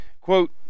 quote